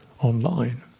online